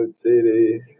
City